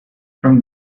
from